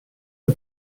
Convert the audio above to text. the